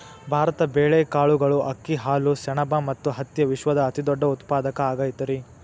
ಭಾರತ ಬೇಳೆ, ಕಾಳುಗಳು, ಅಕ್ಕಿ, ಹಾಲು, ಸೆಣಬ ಮತ್ತ ಹತ್ತಿಯ ವಿಶ್ವದ ಅತಿದೊಡ್ಡ ಉತ್ಪಾದಕ ಆಗೈತರಿ